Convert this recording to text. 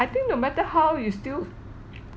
I think no matter how you'll still